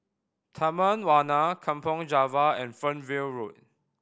Taman Warna Kampong Java and Fernvale Road